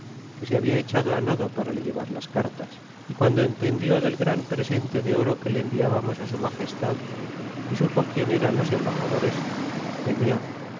que se habla echado nado para le llevar las cartas y guando entendió del gran presente de oro que enviábamos su magestad y supo quien eran los embaxadores temió